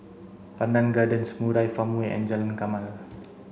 Pandan Gardens Murai Farmway and Jalan Jamal